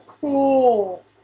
Cool